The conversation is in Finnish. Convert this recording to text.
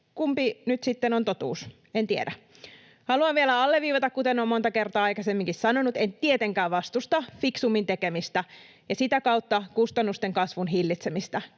Kumpi nyt sitten on totuus, en tiedä. Haluan vielä alleviivata, kuten olen monta kertaa aikaisemminkin sanonut, että en tietenkään vastusta fiksummin tekemistä ja sitä kautta kustannusten kasvun hillitsemistä.